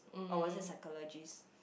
oh was it psychologist